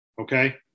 Okay